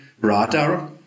radar